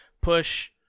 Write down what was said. push